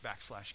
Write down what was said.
backslash